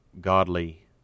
godly